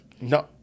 No